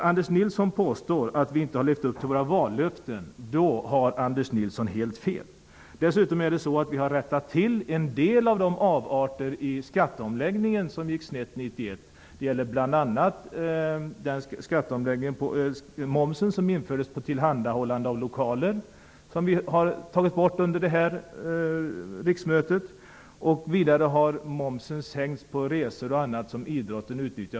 Anders Nilsson påstår att vi inte har levt upp till våra vallöften, men han har helt fel. Vi har rättat till en del av avarterna i skatteomläggningen 1991. Det gäller bl.a. momsen som infördes på tillhandahållande av lokaler, som vi har tagit bort under detta riksmöte. Vidare har momsen sänkts på resor och annat som idrotten utnyttjar.